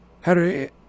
Harry